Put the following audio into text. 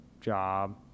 job